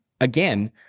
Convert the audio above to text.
Again